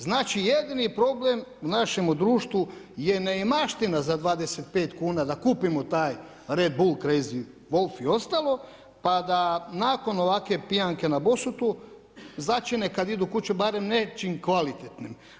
Znači jedini problem našemu društvu je neimaština za 25 kuna da kupimo taj redbul, crazy volf i ostalo, pa da nakon ovakve pijanke na Bosutu začine kad idu kući barem nečim kvalitetnim.